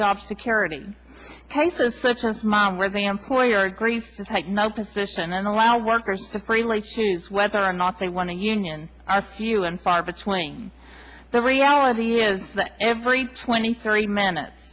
job security cases such as mine where the employer agrees to take no position and allow workers to freely choose whether or not they want a union are few and far between the reality is that every twenty thirty minutes